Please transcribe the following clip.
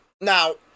Now